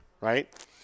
right